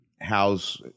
House